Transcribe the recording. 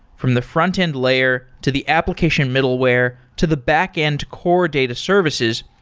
from the front-end layer to the application middleware to the backend core data services,